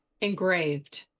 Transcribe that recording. engraved